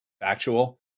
factual